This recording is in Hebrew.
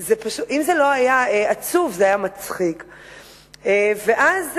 אם זה לא היה עצוב, זה היה מצחיק.